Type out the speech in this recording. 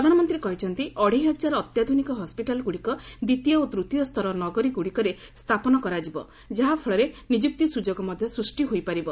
ପ୍ରଧାନମନ୍ତ୍ରୀ କହିଛନ୍ତି ଅଢ଼େଇ ହଜାର ଅତ୍ୟାଧ୍ରନିକ ହସ୍କିଟାଲଗ୍ରଡ଼ିକ ଦ୍ୱିତୀୟ ଓ ତୃତୀୟ ସ୍ତର ନଗରୀଗୁଡ଼ିକରେ ସ୍ଥାପନ କରାଯିବ ଯାହାଫଳରେ ନିଯୁକ୍ତି ସୁଯୋଗ ମଧ୍ୟ ସୃଷ୍ଟି ହୋଇପାରିବ